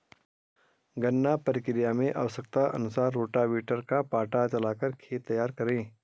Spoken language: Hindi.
गन्ना प्रक्रिया मैं आवश्यकता अनुसार रोटावेटर व पाटा चलाकर खेत तैयार करें